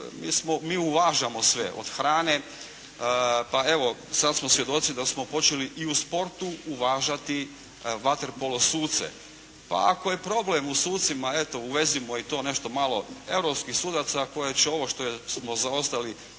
mi uvažamo sve, od hrane pa evo, sad smo svjedoci da smo počeli i u sportu uvažati vaterpolo suce. Pa ako je problem u sucima uvezimo i to nešto malo europskih sudaca koje će ovo što smo zaostali